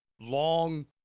long